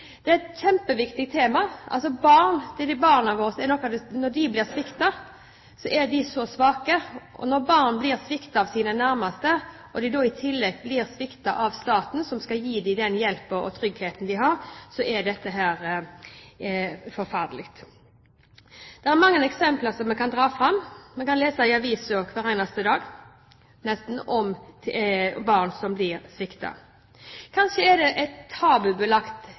Det er et kjempeviktig tema. Når barna våre blir sviktet, er de så svake. Når barn blir sviktet av sine nærmeste, og i tillegg blir sviktet av staten som skal gi dem den hjelpen og tryggheten de trenger, er dette forferdelig. Det er mange eksempler man kan dra fram. Man kan lese i avisen nesten hver eneste dag om barn som blir sviktet. Kanskje er det et tabubelagt